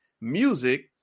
music